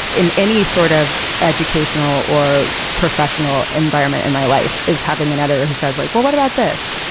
in any sort of educational or professional environment in my life is having an editor who says like, well, what about this?